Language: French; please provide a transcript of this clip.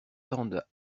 tendent